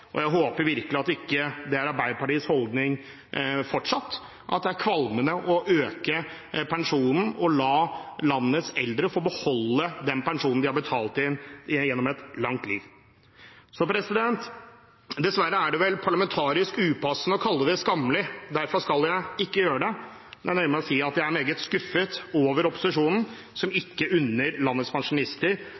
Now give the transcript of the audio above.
og jeg håper virkelig ikke at det er Arbeiderpartiets holdning fortsatt – at det er kvalmende å øke pensjonen og la landets eldre få beholde den pensjonen de har betalt inn gjennom et langt liv. Dessverre er det vel parlamentarisk upassende å kalle det skammelig, derfor skal jeg ikke gjøre det, jeg nøyer meg med å si at jeg er meget skuffet over opposisjonen, som ikke unner landets pensjonister